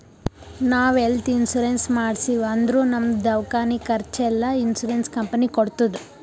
ನಾವ್ health insurance ಮಾಡ್ಸಿವ್ ಅಂದುರ್ ನಮ್ದು ದವ್ಕಾನಿ ಖರ್ಚ್ ಎಲ್ಲಾ ಇನ್ಸೂರೆನ್ಸ್ ಕಂಪನಿ ಕೊಡ್ತುದ್